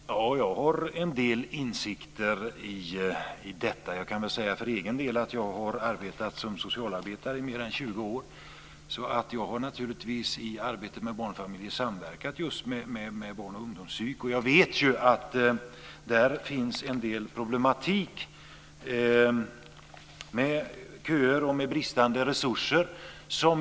Fru talman! Jag har en del insikter i detta. Jag kan säga att jag har arbetat som socialarbetare i mer än 20 år, så jag har naturligtvis i arbetet med barnfamiljer samverkat just med barn och ungdomspsykiatrin. Jag vet att det där finns en del problem med köer och med bristande resurser.